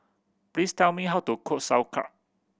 please tell me how to cook Sauerkraut